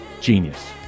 Genius